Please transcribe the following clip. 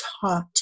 taught